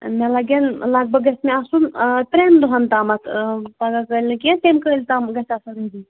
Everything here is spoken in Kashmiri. مےٚ لَگٮ۪ن لگ بگ گَژھِ مےٚ آسُن ترٛٮ۪ن دۄہَن تامتھ پگاہ کٲلۍ نہٕ کیٚنٛہہ تیٚمہِ کٲلۍ تام گژھِ آسُن ز